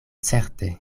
certe